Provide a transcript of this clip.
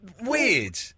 weird